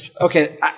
Okay